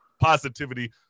positivity